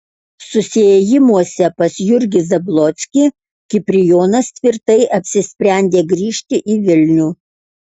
susiėjimuose pas jurgį zablockį kiprijonas tvirtai apsisprendė grįžti į vilnių